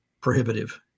prohibitive